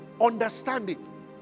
understanding